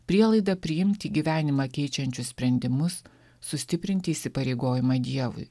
prielaida priimti gyvenimą keičiančius sprendimus sustiprinti įsipareigojimą dievui